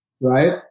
Right